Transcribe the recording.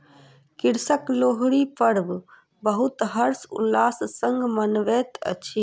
कृषक लोहरी पर्व बहुत हर्ष उल्लास संग मनबैत अछि